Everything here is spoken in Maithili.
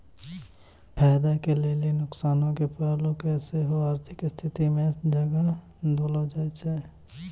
फायदा के लेली नुकसानो के पहलू के सेहो आर्थिक स्थिति मे जगह देलो जाय छै